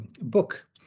book